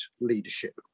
leadership